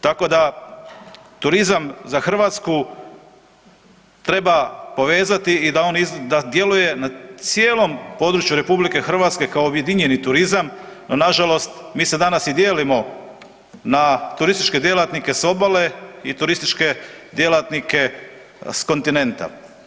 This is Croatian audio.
Tako da, turizam za Hrvatsku treba povezati i da on djeluje na cijelom području Republike Hrvatske kao objedinjeni turizam, no nažalost mi se danas i dijelimo na turističke djelatnike s obale i turističke djelatnike s kontinenta.